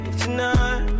tonight